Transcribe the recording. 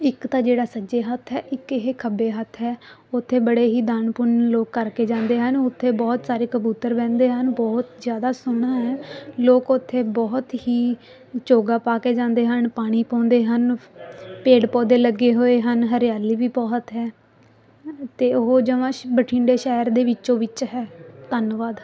ਇੱਕ ਤਾਂ ਜਿਹੜਾ ਸੱਜੇ ਹੱਥ ਹੈ ਇੱਕ ਇਹ ਖੱਬੇ ਹੱਥ ਹੈ ਉੱਥੇ ਬੜੇ ਹੀ ਦਾਨ ਪੁੰਨ ਲੋਕ ਕਰਕੇ ਜਾਂਦੇ ਹਨ ਉੱਥੇ ਬਹੁਤ ਸਾਰੇ ਕਬੂਤਰ ਬਹਿੰਦੇ ਹਨ ਬਹੁਤ ਜ਼ਿਆਦਾ ਸੋਹਣਾ ਹੈ ਲੋਕ ਉੱਥੇ ਬਹੁਤ ਹੀ ਚੋਗਾ ਪਾ ਕੇ ਜਾਂਦੇ ਹਨ ਪਾਣੀ ਪਾਉਂਦੇ ਹਨ ਪੇੜ ਪੌਦੇ ਲੱਗੇ ਹੋਏ ਹਨ ਹਰਿਆਲੀ ਵੀ ਬਹੁਤ ਹੈ ਤੇ ਉਹ ਜਮਾਂ ਸ਼ ਬਠਿੰਡੇ ਸ਼ਹਿਰ ਦੇ ਵਿੱਚੋਂ ਵਿੱਚ ਹੈ ਧੰਨਵਾਦ